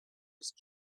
changing